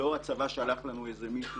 לא הצבא שלח לנו מישהו